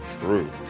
True